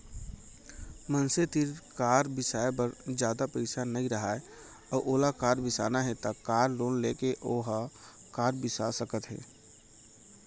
मनसे तीर कार बिसाए बर जादा पइसा नइ राहय अउ ओला कार बिसाना हे त कार लोन लेके ओहा कार बिसा सकत हे